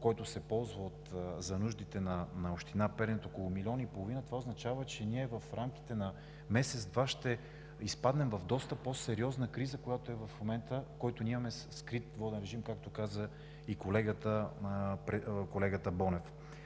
който се ползва за нуждите на община Перник – около милион и половина, това означава, че в рамките на месец-два ще изпаднем в доста по-сериозна криза от момента, в който ние имаме скрит воден режим, както каза и колегата Бонев.